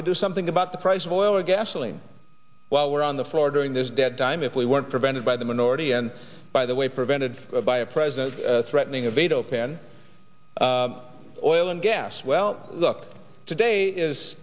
could do something about the price of oil or gasoline while we're on the floor during this dead time if we weren't prevented by the minority and by the way prevented by a president threatening a veto pen oil and gas well look today is